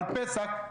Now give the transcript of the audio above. על פסח,